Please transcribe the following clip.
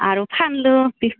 आरु फानलु